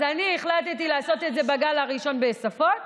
אז אני החלטתי לעשות את זה בגל הראשון בשפות,